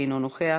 אינו נוכח,